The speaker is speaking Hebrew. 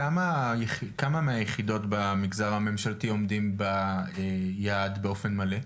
כמה מהיחידות במגזר הממשלתי עומדות ביעד באופן מלא?